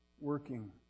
working